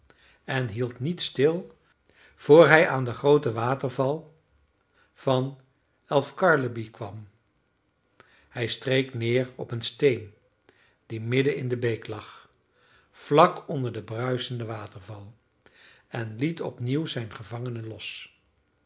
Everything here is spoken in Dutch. en hield niet stil vr hij aan den grooten waterval van elvkarleby kwam hij streek neer op een steen die midden in de beek lag vlak onder den bruisenden waterval en liet opnieuw zijn gevangene los